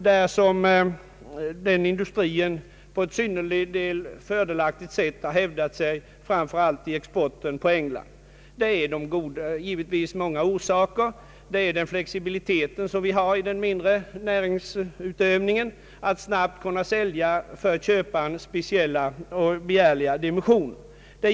Särskilt när det gäller exporten till England har de hävdat sig på ett synnerligen fördelaktigt sätt. Det är givetvis av många orsaker, bl.a. den flexibilitet den mindre näringsutövningen har att snabbt kunna sälja för köparen speciellt begärliga dimensioner.